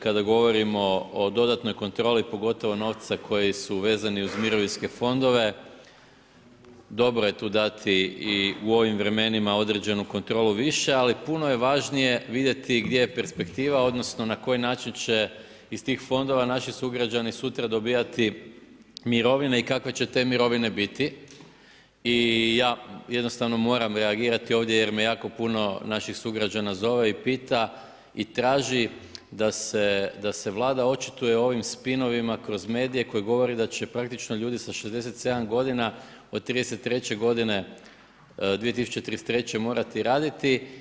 Kada govorimo o dodatnoj kontroli, pogotovo novca koji su vezani uz mirovinske fondove, dobro je tu dati u ovim vremenima i određenu kontrolu više, ali puno je važnije vidjeti gdje je perspektiva, odnosno na koji način će iz tih fondova naši sugrađani sutra dobivati mirovine i kakve će te mirovine biti i ja jednostavno moram reagirati ovdje jer me jako puno naših sugrađana zove i pita i traži da se Vlada očituje o ovim spinovima kroz medije koji govore da će praktično ljudi sa 67 godina, '33. godine, 2033. morati raditi.